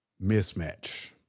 Mismatch